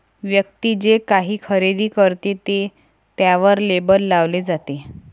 व्यक्ती जे काही खरेदी करते ते त्यावर लेबल लावले जाते